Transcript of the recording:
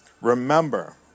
remember